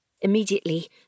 Immediately